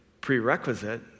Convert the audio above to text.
prerequisite